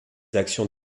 actions